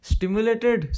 Stimulated